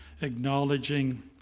acknowledging